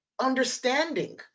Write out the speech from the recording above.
understanding